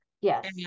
Yes